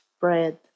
bread